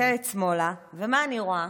מסתכלת שמאלה, ומה אני רואה?